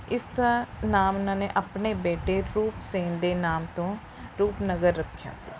ਇਸ ਦਾ ਨਾਮ ਉਨ੍ਹਾਂ ਨੇ ਆਪਣੇ ਬੇਟੇ ਰੂਪ ਸਿੰਘ ਦੇ ਨਾਮ ਤੋਂ ਰੂਪਨਗਰ ਰੱਖਿਆ ਸੀ